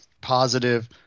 positive